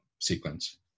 sequence